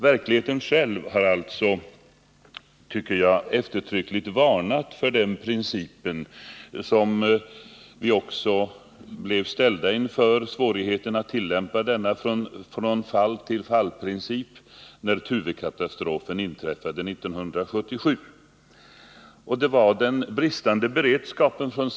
Verkligheten har, enligt min mening, eftertryckligt varnat för frånfall-till-fall-principen. När Tuvekatastrofen inträffade 1977, blev vi påminda om hur svårt det är att tillämpa denna princip.